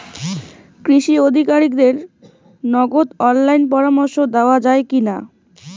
কৃষি আধিকারিকের নগদ অনলাইন পরামর্শ নেওয়া যায় কি না?